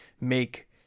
make